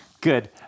Good